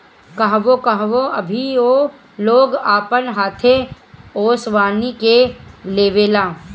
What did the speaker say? कहवो कहवो अभीओ लोग अपन हाथे ओसवनी के लेवेला